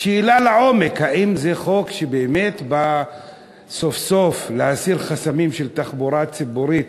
שאלה לעומק: האם זה חוק שבאמת בא סוף-סוף להסיר חסמים של תחבורה ציבורית